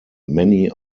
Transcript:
many